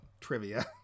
Trivia